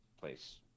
place